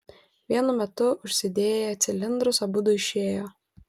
vienu metu užsidėję cilindrus abudu išėjo